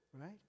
right